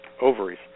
ovaries